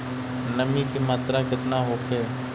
नमी के मात्रा केतना होखे?